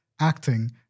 acting